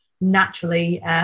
naturally